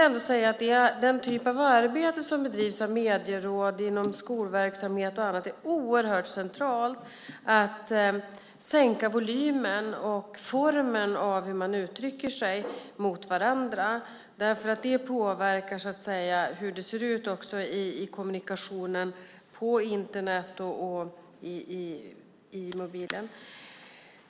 Det arbete som bedrivs av medieråd, inom skolverksamhet och annat är oerhört central för att sänka volymen och formen när det gäller hur man uttrycker sig mot varandra. Det påverkar också hur det ser ut i kommunikationen på Internet och i mobilen.